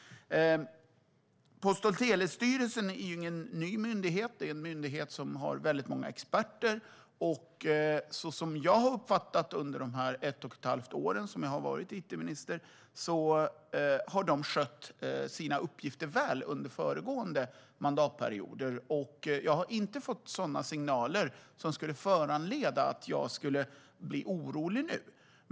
Post och telestyrelsen är ingen ny myndighet. Det är en myndighet som har väldigt många experter. Som jag har uppfattat det under de ett och ett halvt år som jag har varit it-minister har Post och telestyrelsen skött sina uppgifter väl under föregående mandatperioder. Jag har inte fått några signaler som skulle föranleda mig att bli orolig nu.